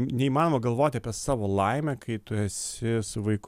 neįmanoma galvoti apie savo laimę kai tu esi su vaiku